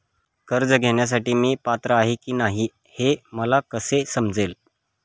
कर्ज घेण्यासाठी मी पात्र आहे की नाही हे मला कसे समजेल?